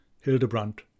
Hildebrand